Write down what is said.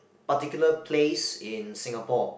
particular place in Singapore